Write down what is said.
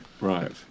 right